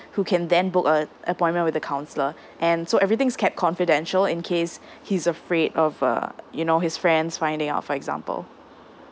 who can then book uh appointment with the counsellor and so everything is kept confidential in case he's afraid of uh you know his friends finding out for example